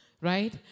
right